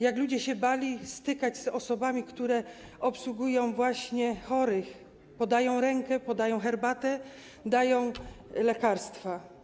jak ludzie bali się stykać z osobami, które obsługują chorych, podają im rękę, podają herbatę, dają lekarstwa.